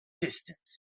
distance